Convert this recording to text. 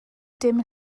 dim